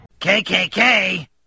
KKK